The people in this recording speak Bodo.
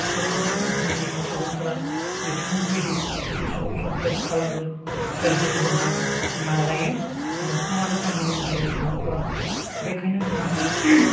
समाजनि ओनसोलनि सुबुंफोरा बिथांमोन बायदि सासे सुबुं सम्पद खालामनो सोरजिनो जोंहा नाजायो न'खर आरो गामिनि ओनसोलनि सुबुंफोरा बेनिखायनो जोंहा